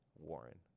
Warren